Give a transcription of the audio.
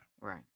right